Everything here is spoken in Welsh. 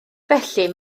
felly